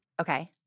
Okay